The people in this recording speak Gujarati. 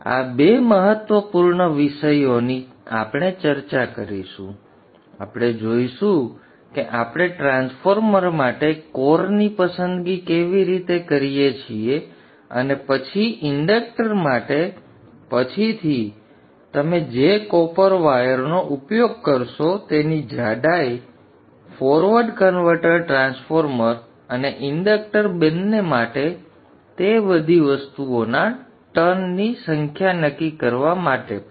તેથી આ બે મહત્વપૂર્ણ વિષયોની આપણે ચર્ચા કરીશું આપણે જોઈશું કે આપણે ટ્રાન્સફોર્મર માટે કોર ની પસંદગી કેવી રીતે કરીએ છીએ અને પછી ઇન્ડક્ટર માટે પછીથી અને તમે જે કોપર વાયર નો ઉપયોગ કરશો તેની જાડાઈ ફોરવર્ડ કન્વર્ટર ટ્રાન્સફોર્મર અને ઇન્ડક્ટર બંને માટે તે બધી વસ્તુઓના ટર્ન ની સંખ્યા નક્કી કરવા માટે પણ